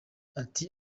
ati